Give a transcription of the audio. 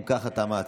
אם ככה, תמה ההצבעה.